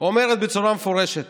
אומרת בצורה מפורשת